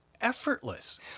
effortless